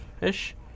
ish